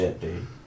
dude